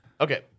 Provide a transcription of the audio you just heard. Okay